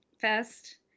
Fest